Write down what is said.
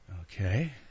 Okay